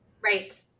Right